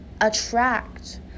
attract